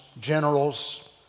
generals